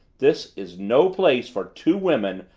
this is no place for two women,